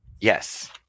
Yes